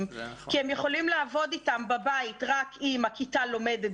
כי הם יכולים לעבוד אתם בבית רק אם הכיתה לומדת